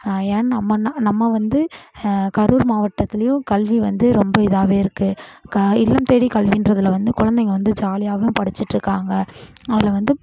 ஏன் நம்மனா நம்ம வந்து கரூர் மாவட்டத்துலையும் கல்வி வந்து ரொம்ப இதாகவே இருக்கு க இல்லம் தேடி கல்வின்றத்தில் வந்து குழந்தைங்க வந்து ஜாலியாகவும் படிச்சிட்டு இருக்காங்க அதில் வந்து